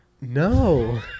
No